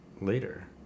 later